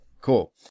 Cool